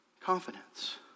Confidence